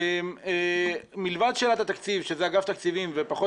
ואפשר